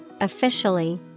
officially